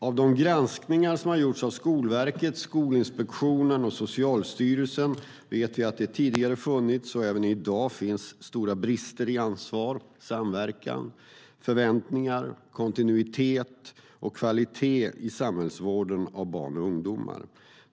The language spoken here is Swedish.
Av de granskningar som har gjorts av Skolverket, Skolinspektionen och Socialstyrelsen vet vi att det tidigare har funnits, och att det även i dag finns, stora brister i ansvar, samverkan, förväntningar, kontinuitet och kvalitet i samhällsvården av barn och ungdomar.